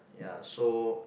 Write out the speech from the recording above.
ya so